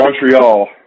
Montreal